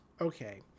okay